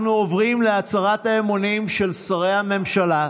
אנחנו עוברים להצהרת האמונים של שרי הממשלה.